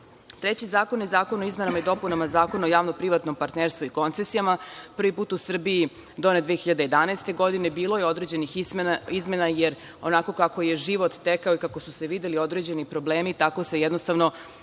UN.Treći zakon je zakon o izmenama i dopunama Zakona o javno privatnom partnerstvu i koncesijama, prvi put u Srbiji donet 2011. godine, bilo je određenih izmena, jer onako kako je život tekao i kako su se videli određeni problemi, tako se jednostavno i